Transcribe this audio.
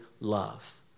love